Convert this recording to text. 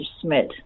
Schmidt